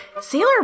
Sailor